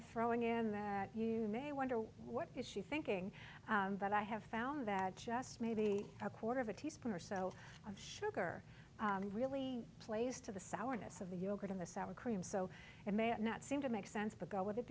of throwing in that you may wonder what is she thinking but i have found that just maybe a quarter of a teaspoon or so of sugar really plays to the sour notes of the yogurt in the sour cream so it may not seem to make sense but go with it